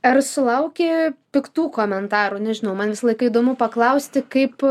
ar sulauki piktų komentarų nežinau man visą laiką įdomu paklausti kaip